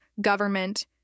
government